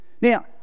Now